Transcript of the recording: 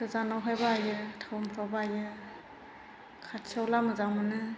गोजानाव हाय बायो टाउनफ्राव बायो खाथियावलाबा मोजां मोनो